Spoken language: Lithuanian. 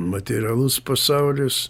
materialus pasaulis